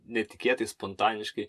netikėtai spontaniškai